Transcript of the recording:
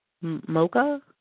Mocha